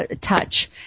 touch